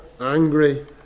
angry